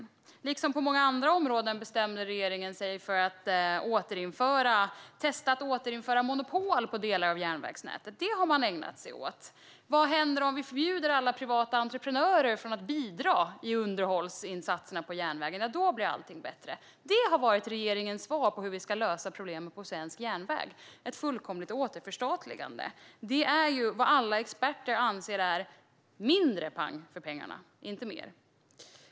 I likhet med många andra områden bestämde sig regeringen för att testa att återinföra monopol på delar av järnvägsnätet. Det har man ägnat sig åt. Vad händer om vi förbjuder alla privata entreprenörer att bidra till underhållsinsatserna på järnvägen? Ja, då blir allting bättre. Det har varit regeringens svar på hur vi ska lösa problemen på svensk järnväg - ett fullkomligt återförstatligande. Men det är ju vad alla experter anser ger mindre pang för pengarna, inte mer.